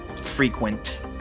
frequent